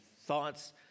thoughts